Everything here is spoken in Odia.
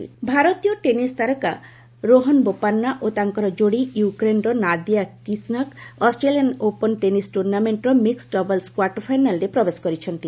ଅଷ୍ଟ୍ରେଲିୟାନ୍ ଓପନ୍ ଭାରତୀୟ ଟେନିସ୍ ତାରକା ରୋହନ୍ ବୋପାନ୍ନା ଓ ତାଙ୍କର ଯୋଡ଼ି ୟୁକ୍ରେନ୍ର Nadia Kichenok Australian Open tennis ଟୁର୍ଣ୍ଣାମେଣ୍ଟର ମିକ୍ଡ୍ ଡବଲ୍ସ୍ କ୍ୱାର୍ଟର ଫାଇନାଲ୍ରେ ପ୍ରବେଶ କରିଛନ୍ତି